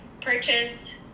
purchase